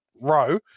row